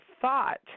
thought